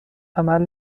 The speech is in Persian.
عمل